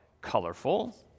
colorful